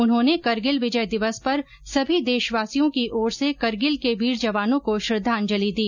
उन्होनें करगिल विजय दिवस पर सभी देशवासियों की ओर से करगिल के वीर जवानों को श्रद्वांजलि दी